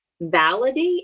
validate